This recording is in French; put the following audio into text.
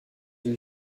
eaux